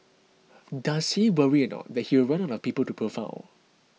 does he worry he will run out of people to profile